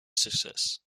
success